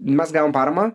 mes gavom paramą